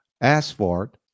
asphalt